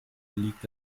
liegt